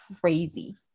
crazy